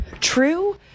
true